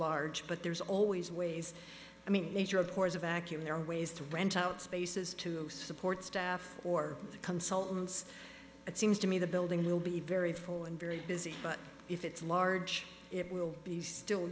large but there's always ways i mean nature abhors a vacuum there are ways to rent out spaces to support staff or consultants it seems to me the building will be very full and very busy but if it's large it will be still